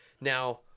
Now